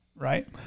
Right